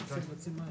חוצפן.